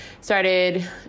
started